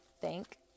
Thank